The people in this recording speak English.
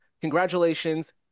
Congratulations